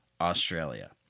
Australia